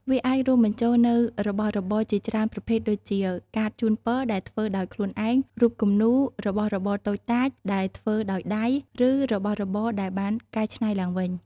វាអាចរួមបញ្ចូលនូវរបស់របរជាច្រើនប្រភេទដូចជា កាតជូនពរដែលធ្វើដោយខ្លួនឯង រូបគំនូរ របស់របរតូចតាចដែលធ្វើដោយដៃ ឬរបស់របរដែលបានកែច្នៃឡើងវិញ។